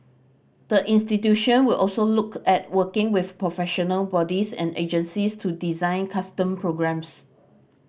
the institution will also look at working with professional bodies and agencies to design custom programmes